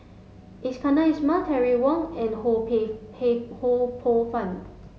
Iskandar Ismail Terry Wong and Ho Pay Pay Ho Poh Fun